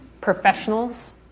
professionals